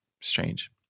strange